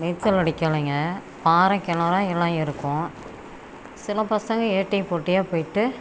நீச்சல் அடிக்கயிலைங்க பாறை கிணறா எல்லாம் இருக்கும் சில பசங்கள் ஏட்டிக்குப் போட்டியாக போய்விட்டு